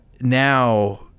now